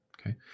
Okay